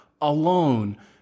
alone